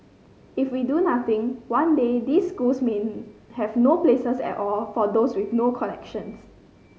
if we do nothing one day these schools may have no places at all for those with no connections